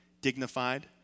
dignified